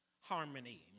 Harmony